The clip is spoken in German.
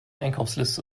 einkaufsliste